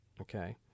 Okay